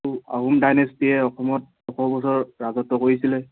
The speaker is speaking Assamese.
আহোম ডাইনেষ্টীয়ে অসমত ছশ বছৰ ৰাজত্ব কৰিছিলে